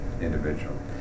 individual